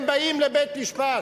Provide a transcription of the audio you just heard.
הם באים לבית-המשפט,